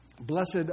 blessed